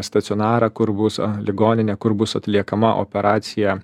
stacionarą kur bus ligoninę kur bus atliekama operacija